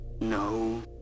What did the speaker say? No